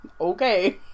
okay